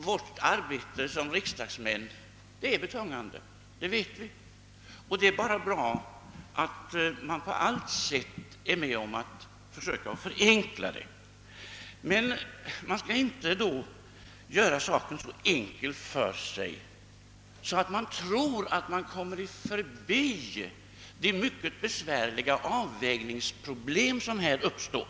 Vårt arbete som riksdagsmän är betungande, det vet vi, och det är bara bra om man på allt sätt försöker förenkla det. Men man skall då inte göra saken så enkel för sig att man tror att man kommer förbi de mycket svåra avvägningsproblem som här uppstår.